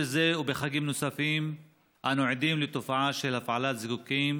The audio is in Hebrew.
בחודש זה ובחגים נוספים אנו עדים לתופעה של הפעלת זיקוקים